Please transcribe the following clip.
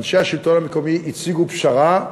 אנשי השלטון המקומי הציגו פשרה,